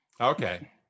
Okay